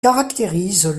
caractérise